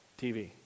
TV